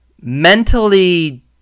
mentally